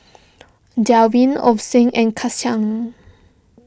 Derwin Ozie and Kecia